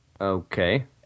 Okay